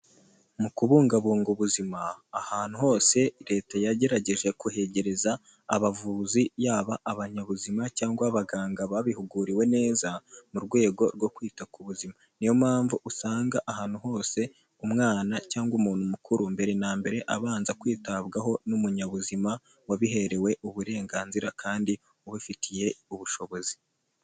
Mu kubungabunga ubuzima ahantu hose leta yagerageje kuhegereza abavuzi yaba abanyabuzima cyangwa abaganga babihuguriwe neza mu rwego rwo kwita ku buzima, niyo mpamvu usanga ahantu hose umwana cyangwa umuntu mukuru mbere na mbere abanza kwitabwaho n'umunyabuzima wabiherewe uburenganzira kandi ubifitiye ubushobozi.